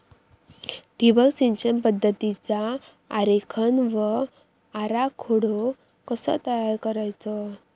ठिबक सिंचन पद्धतीचा आरेखन व आराखडो कसो तयार करायचो?